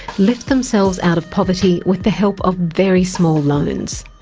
lift themselves out of poverty with the help of very small loans.